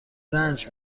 رنج